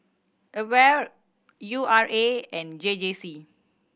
AWARE U R A and J J C